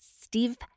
Steve